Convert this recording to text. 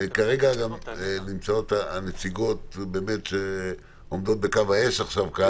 כרגע נציגות משרד הבריאות באמת עומדות בקו האש כאן.